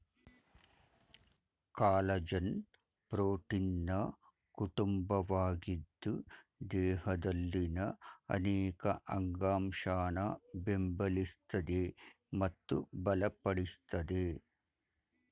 collagen ಪ್ರೋಟೀನ್ನ ಕುಟುಂಬವಾಗಿದ್ದು ದೇಹದಲ್ಲಿನ ಅನೇಕ ಅಂಗಾಂಶನ ಬೆಂಬಲಿಸ್ತದೆ ಮತ್ತು ಬಲಪಡಿಸ್ತದೆ